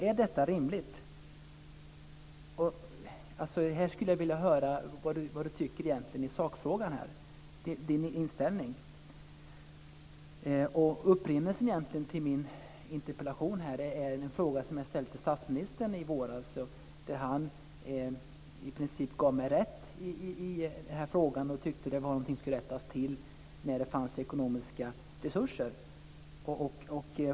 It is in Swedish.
Är detta rimligt? Här skulle jag vilja höra vad finansministern egentligen tycker i sakfrågan, vilken hans inställning är. Upprinnelsen till min interpellation är en fråga som jag ställde till statsministern i våras. Han gav mig i princip rätt i den här frågan och tyckte att detta var något som skulle rättas till när det fanns ekonomiska resurser.